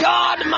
God